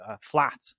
flat